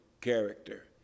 character